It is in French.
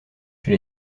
chez